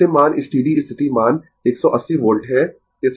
अंतिम मान स्टीडी स्थिति मान 180 वोल्ट है